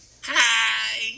hi